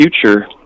future